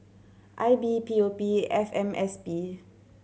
I B P O P F M S P